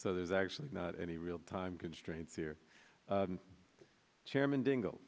so there's actually not any real time constraints here chairman ding